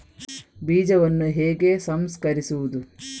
ಬೀಜವನ್ನು ಹೇಗೆ ಸಂಸ್ಕರಿಸುವುದು?